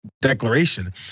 declaration